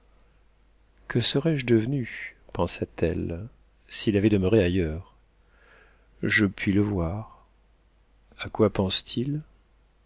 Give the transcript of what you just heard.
que serais-je devenue pensa-t-elle s'il avait demeuré ailleurs je puis le voir a quoi pense-t-il